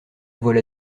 voilà